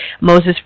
Moses